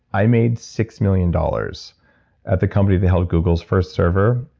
i made six million dollars at the company that held google's first server,